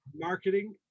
marketing